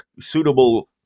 suitable